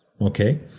okay